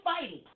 fighting